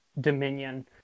dominion